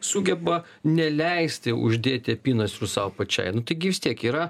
sugeba neleisti uždėti apynasrių sau pačiai taigi vis tiek yra